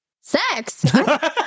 Sex